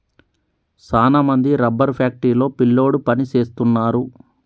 సాన మంది rubber factory లో పిల్లోడు పని సేస్తున్నారు